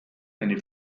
eine